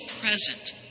present